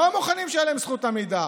לא מוכנים שתהיה להם זכות עמידה.